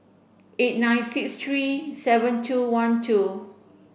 eight nine six three seven two one two